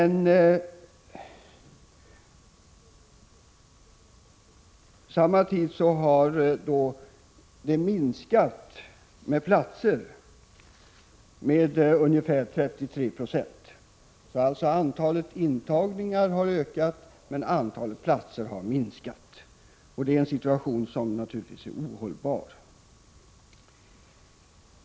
Under samma tid har antalet platser minskat med ungefär 33 Io. 47 Alltså har antalet intagningar ökat men antalet platser minskat. Det är en situation som naturligtvis är ohållbar.